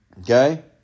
Okay